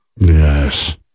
yes